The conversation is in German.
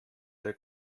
der